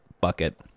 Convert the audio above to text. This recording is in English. bucket